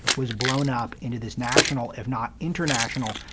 was blown up into this national, if not international,